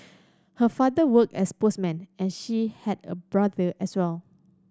her father worked as postman and she has a brother as well